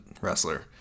wrestler